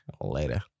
Later